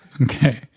Okay